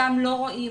אותם לא רואים,